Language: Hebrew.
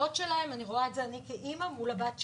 אני רואה את זה כאימא מול הבת שלי,